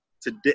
today